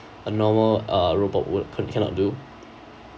a normal uh robot would can~ cannot do